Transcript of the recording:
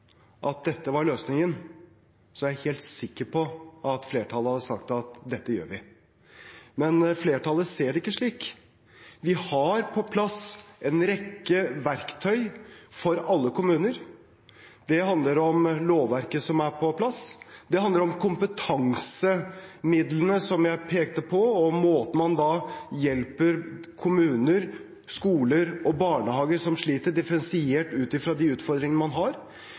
at dette var løsningen, er jeg helt sikker på at flertallet hadde sagt at dette gjør vi. Men flertallet ser det ikke slik. Vi har på plass en rekke verktøy for alle kommuner. Det handler om lovverket som er på plass, det handler om kompetansemidlene som jeg pekte på – og måten man da hjelper kommuner, skoler og barnehager som sliter, differensiert ut fra de utfordringene man har